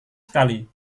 sekali